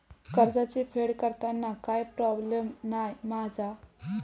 कर्जाची फेड करताना काय प्रोब्लेम नाय मा जा?